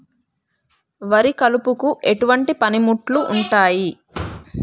వరి కలుపుకు ఎటువంటి పనిముట్లు ఉంటాయి?